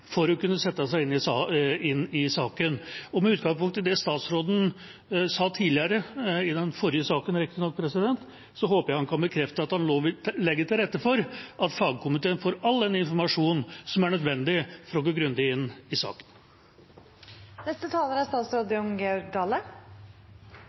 for å kunne sette seg inn i saken at de får dem. Med utgangspunkt i det statsråden sa tidligere – i den forrige saken, riktignok – håper jeg han kan bekrefte at han nå vil legge til rette for at fagkomiteen får all den informasjon som er nødvendig for å gå grundig inn i saken. Det er